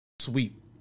sweep